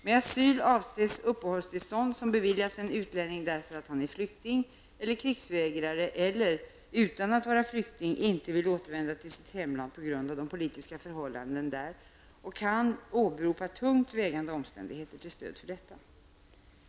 Med asyl avses uppehållstillstånd som beviljas en utlänning därför att han är flykting eller krigsvägrare eller, utan att vara flykting, inte vill återvända till sitt hemland på grund av de politiska förhållandena där och kan åberopa tungt vägande omständigheter till stöd för detta.